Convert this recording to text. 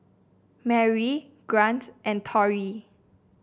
Merri Grant and Torie